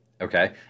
okay